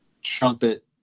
trumpet